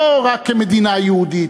לא רק כמדינה יהודית,